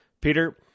Peter